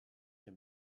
can